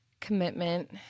commitment